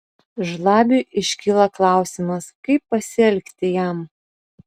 žlabiui iškyla klausimas kaip pasielgti jam